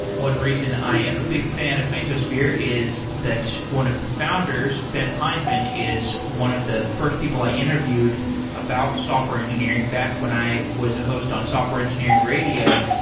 one reason i am a big fan of mesosphere is that one of the founders, ben hindman, is one of the first people i interviewed about software engineering back when i was a host on software engineering radio,